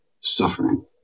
suffering